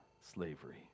slavery